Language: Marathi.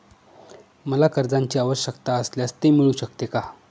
मला कर्जांची आवश्यकता असल्यास ते मिळू शकते का?